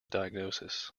diagnosis